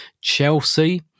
Chelsea